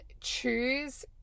choose